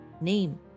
name